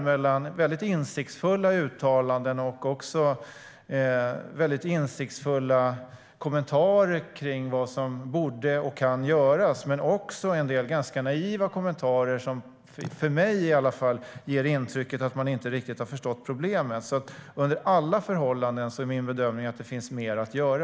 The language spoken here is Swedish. Det finns insiktsfulla uttalanden och kommentarer om vad som borde och kan göras, men jag måste säga att det också finns en del ganska naiva kommentarer som ger i alla fall mig intrycket att man inte riktigt har förstått problemet. Under alla förhållanden är min bedömning att det finns mer att göra.